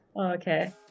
Okay